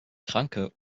kranke